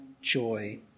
Joy